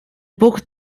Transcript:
buch